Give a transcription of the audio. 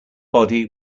body